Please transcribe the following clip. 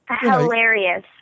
hilarious